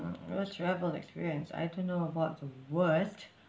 worst travel experience I don't know about the worst